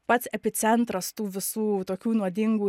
pats epicentras tų visų tokių nuodingų